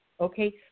okay